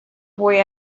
boy